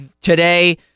Today